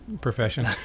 profession